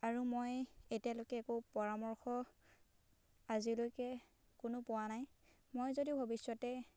আৰু মই এতিয়ালৈকে একো পৰামৰ্শ আজিলৈকে কোনো পোৱা নাই মই যদি ভৱিষ্যতে